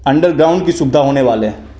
underground की सुविधा होने वाली है